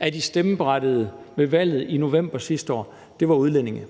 af de stemmeberettigede ved valget i november sidste år var udlændinge,